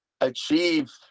achieve